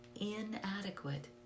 inadequate